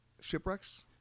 shipwrecks